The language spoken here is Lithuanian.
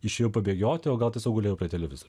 išėjau pabėgioti o gal tiesiog gulėjau prie televizor